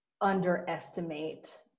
underestimate